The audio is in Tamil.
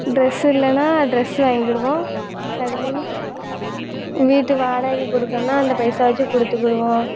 ட்ரெஸ் இல்லைன்னா ட்ரெஸ் வாங்கிவிடுவோம் அதுக்கு அப்புறமா வீட்டு வாடகை கொடுக்கணுன்னா அந்த பைசா வச்சு கொடுத்துக்கிடுவோம்